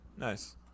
Nice